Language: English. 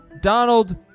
Donald